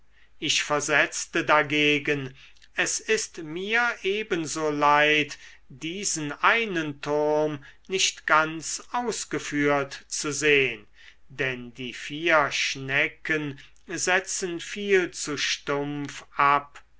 ich versetzte dagegen es ist mir ebenso leid diesen einen turm nicht ganz ausgeführt zu sehn denn die vier schnecken setzen viel zu stumpf ab